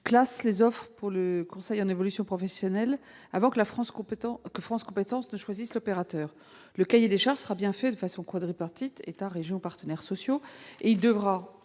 classent les offres pour le conseil en évolution professionnelle avant que France compétences ne choisisse l'opérateur. Le cahier des charges sera bien établi de façon quadripartite- État,